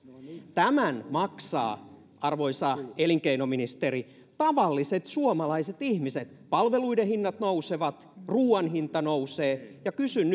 tämän maksavat arvoisa elinkeinoministeri tavalliset suomalaiset ihmiset palveluiden hinnat nousevat ruoan hinta nousee kysyn